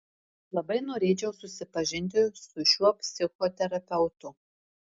labai norėčiau susipažinti su šiuo psichoterapeutu